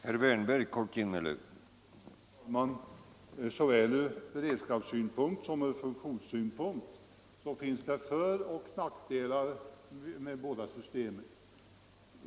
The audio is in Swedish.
Herr talman! Från såväl beredskapssynpunkt som funktionssynpunkt finns det föroch nackdelar med båda systemen.